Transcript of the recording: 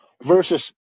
versus